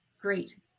great